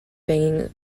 banging